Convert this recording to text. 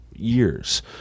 Years